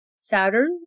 Saturn